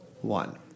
one